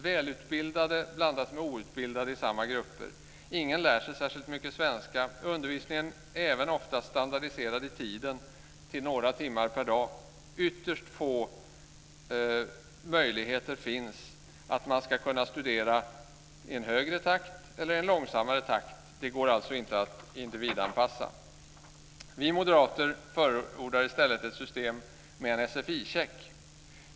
Välutbildade blandas med outbildade i samma grupper. Ingen lär sig särskilt mycket svenska. Undervisningen är även oftast standardiserad i tiden till några timmar per dag. Det finns ytterst få möjligheter att studera i en snabbare eller i en långsammare takt. Det går alltså inte att individanpassa. Vi moderater förordar i stället ett system med en sfi-check.